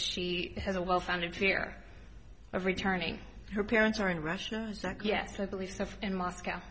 she has a well founded fear of returning her parents are in russia yes i believe in moscow